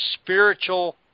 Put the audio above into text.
spiritual